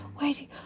waiting